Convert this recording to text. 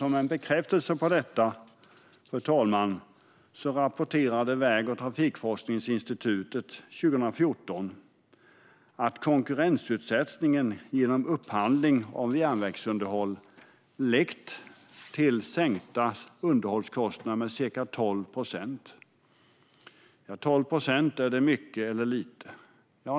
Som en bekräftelse på detta rapporterade Statens väg och trafikforskningsinstitut år 2014 att konkurrensutsättningen genom upphandling av järnvägsunderhåll har lett till sänkta underhållskostnader med ca 12 procent. 12 procent - är det mycket eller lite?